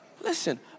Listen